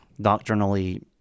doctrinally